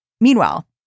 Meanwhile